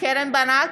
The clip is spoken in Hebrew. קרן ברק,